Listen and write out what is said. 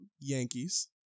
Yankees